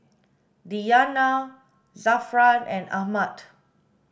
Diyana Zafran and Ahmad